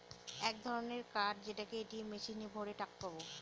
এক ধরনের কার্ড যেটাকে এ.টি.এম মেশিনে ভোরে টাকা পাবো